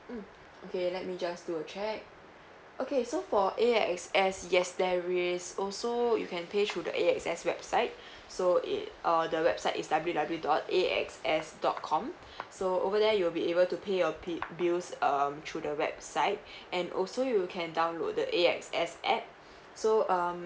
mm okay let me just do a check okay so for A_X_S yes there is also you can pay through the A_X_S website so it uh the website is W W W dot A X S dot com so over there you'll be able to pay your pay bills um through the website and also you can download the A_X_S app so um